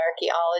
archaeology